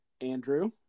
Andrew